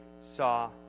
saw